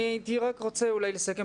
אני הייתי רק רוצה אולי לסכם,